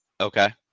Okay